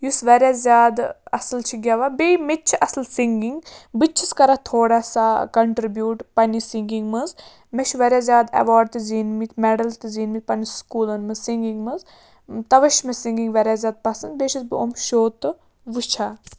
یُس واریاہ زیادٕ اصٕل چھُ گیٚوان بیٚیہِ مےٚ تہِ چھِ اصٕل سِنٛگِنٛگ بہٕ تہِ چھَس کَران تھوڑا سا کَنٹِرٛبیوٗٹ پننہِ سِنٛگِنٛگ منٛز مےٚ چھِ واریاہ زیادٕ ایٚواڈ تہِ زیٖنمٕتۍ میٚڈَل تہِ زیٖنمٕتۍ پننِس سُکوٗلَن منٛز سِنٛگِنٛگ منٛز تَوَے چھِ مےٚ سِنٛگِنٛگ واریاہ زیادٕ پَسَنٛد بیٚیہِ چھَس بہٕ یِم شو تہِ وُچھان